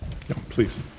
Please